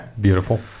Beautiful